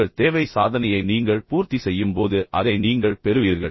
உங்கள் தேவை சாதனையை நீங்கள் பூர்த்தி செய்யும்போது அதை நீங்கள் பெறுவீர்கள்